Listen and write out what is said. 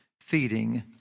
feeding